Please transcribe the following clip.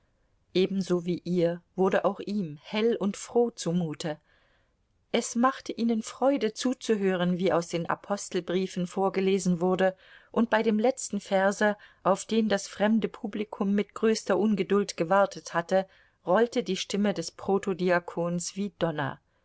ebenso wie ihr wurde auch ihm hell und froh zumute es machte ihnen freude zuzuhören wie aus den apostelbriefen vorgelesen wurde und bei dem letzten verse auf den das fremde publikum mit größter ungeduld gewartet hatte rollte die stimme des protodiakons wie donner